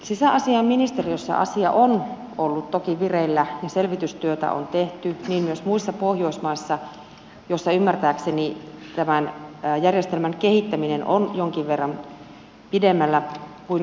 sisäasiainministeriössä asia on ollut toki vireillä ja selvitystyötä on tehty niin myös muissa pohjoismaissa joissa ymmärtääkseni tämän järjestelmän kehittäminen on jonkin verran pidemmällä kuin suomessa